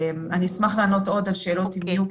אני אשמח לענות על עוד שאלות, אם יהיו.